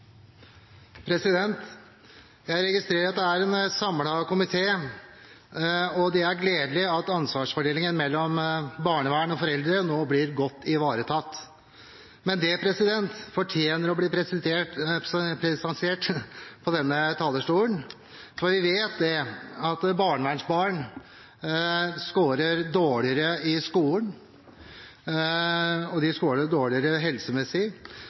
minutter. Jeg registrerer at det er en samlet komité, og det er gledelig at ansvarsfordelingen mellom barnevern og foreldre nå blir godt ivaretatt. Men det fortjener å bli presisert på denne talerstolen, for vi vet at barnevernsbarn skårer dårligere i skolen og de skårer dårligere helsemessig,